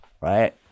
right